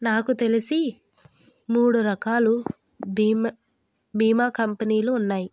నాకు తెలిసి మూడు రకాలు బీమ బీమా కంపెనీలు ఉన్నాయి